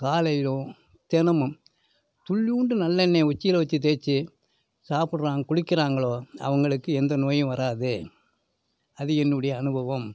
காலையிலோ தினமும் துளியோண்டு நல்லெண்ணையை உச்சியில் வச்சு தேய்ச்சு சாப்பிட்றாங்க குளிக்கிறாங்களோ அவர்களுக்கு எந்த நோயும் வராது அது என்னுடைய அனுபவம்